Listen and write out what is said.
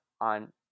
on